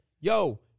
yo